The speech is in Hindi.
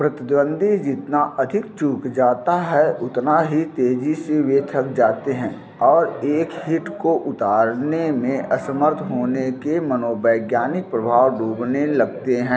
प्रतिद्वंद्वी जितना अधिक चूक जाता है उतना ही तेजी से वे थक जाते हैं और एक हिट को उतारने में असमर्थ होने के मनोवैज्ञानिक प्रभाव डूबने लगते हैं